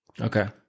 okay